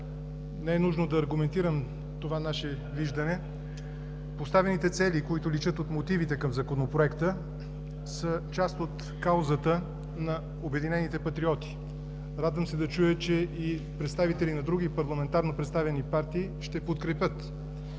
Не е нужно да аргументирам това наше виждане. Поставените цели, които личат от мотивите към Законопроекта, са част от каузата на обединените патриоти. Радвам се да чуя, че и представители на други парламентарно представени партии ще подкрепят